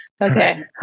Okay